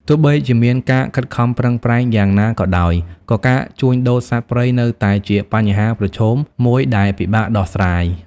ទោះបីជាមានការខិតខំប្រឹងប្រែងយ៉ាងណាក៏ដោយ ក៏ការជួញដូរសត្វព្រៃនៅតែជាបញ្ហាប្រឈមមួយដែលពិបាកដោះស្រាយ។